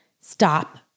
stop